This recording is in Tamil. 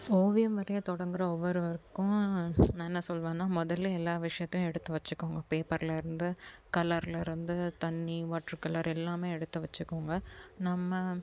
ஓவியம் வரைய தொடங்கிற ஒவ்வொருவருக்கும் நான் என்ன சொல்வேன்னா முதல்ல எல்லா விஷயத்தையும் எடுத்து வச்சிக்கோங்கள் பேப்பர்ல இருந்து கலர்ல இருந்து தண்ணி வாட்ரு கலர் எல்லாமே எடுத்து வச்சிக்கோங்க நம்ம